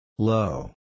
Low